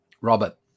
Robert